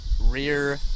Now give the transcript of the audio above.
rear